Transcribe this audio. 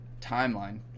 timeline